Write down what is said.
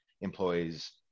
employees